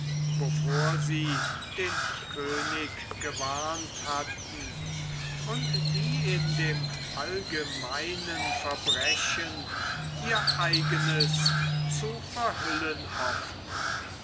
wovor sie den könig gewarnt hatten und die in dem allgemeinen verbrechen ihr eignes zu verhüllen hofften